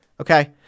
okay